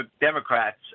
Democrats